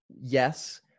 Yes